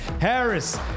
Harris